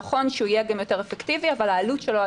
נכון שהוא יהיה גם יותר אפקטיבי אבל העלות שלו על